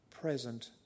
present